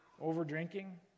over-drinking